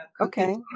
Okay